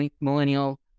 Millennial